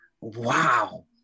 wow